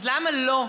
אז למה לא?